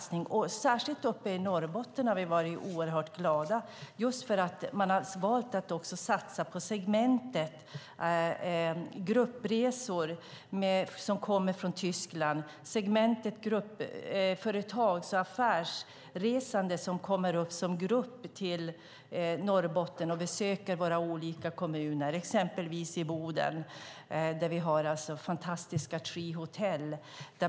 Särskilt uppe i Norrbotten har vi varit väldigt glada för att man har valt att satsa på segmentet gruppresor från Tyskland, segmentet affärsresande som kommer som grupper till Norrbotten och besöker olika kommuner, exempelvis Boden där vi har det fantastiska Treehotel.